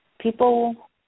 People